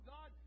God